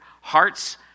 hearts